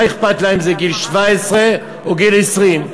מה אכפת לה אם זה גיל 17 או גיל 20?